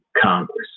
Congress